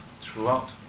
throughout